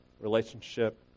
relationship